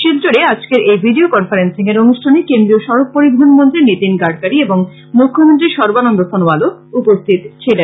শিলচরে আজকের এই video conferencing অনুষ্ঠানে কেন্দ্রীয় সড়ক পরিবহণ মন্ত্রী নিতীন গাডকারি এবং মখ্যমন্ত্রী সর্বানন্দ সনোয়ালও উপস্থিত ছিলেন